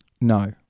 No